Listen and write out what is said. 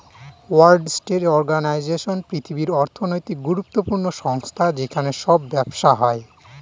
world Trade Organization পৃথিবীর অর্থনৈতিক গুরুত্বপূর্ণ সংস্থা যেখানে সব ব্যবসা হয়